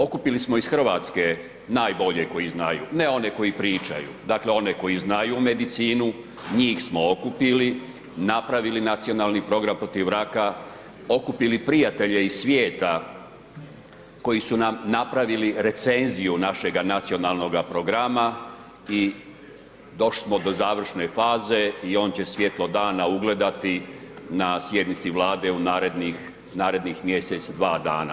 Okupili smo iz Hrvatske najbolje koji znaju, ne one koji pričaju, dakle oni koji znaju medicinu, njih smo okupili, napravili Nacionalni program protiv raka, okupili prijatelje iz svijeta koji su nam napravili recenziju našega nacionalnoga programa i došli smo do završne faze i on će svjetlo dana ugledati na sjednici Vlade u narednih mjesec, dva dana.